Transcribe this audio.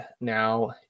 now